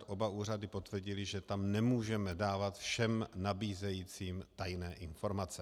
Oba úřady potvrdily, že tam nemůžeme dávat všem nabízejícím tajné informace.